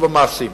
הוא במעשים.